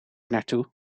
naartoe